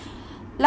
la~